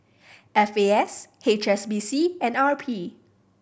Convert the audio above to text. F A S H S B C and R P